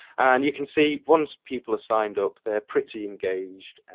and you can see once people are signed up, they're pretty engaged.